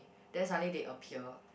then suddenly they appear